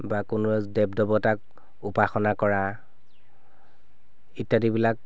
বা কোনো এজন দেৱ দেৱতাক উপাসনা কৰা ইত্যাদিবিলাক